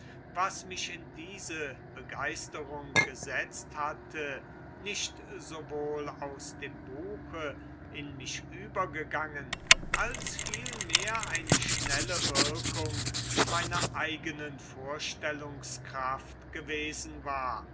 was mich in diese begeisterung gesetzt hatte nicht sowohl aus dem buche in mich übergegangen als vielmehr eine schnelle wirkung meiner eigenen vorstellungskraft gewesen war